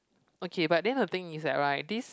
okay but then the thing is that right this